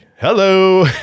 hello